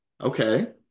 Okay